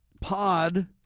pod